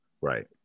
right